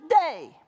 day